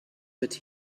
but